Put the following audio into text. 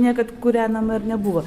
niekad kūrenama ir nebuvo